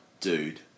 dude